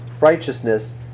righteousness